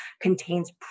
contains